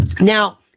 Now